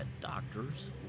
doctors